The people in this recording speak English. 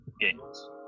games